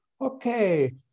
okay